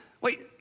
wait